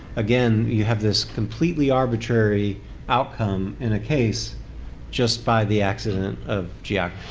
again, you have this completely arbitrary outcome in a case just by the accident of geography.